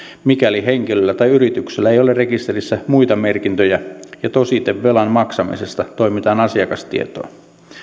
mikäli henkilöllä tai yrityksellä ei ole rekisterissä muita merkintöjä ja tosite velan maksamisesta toimitetaan asiakastietoon